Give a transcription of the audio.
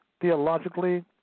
theologically